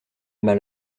mal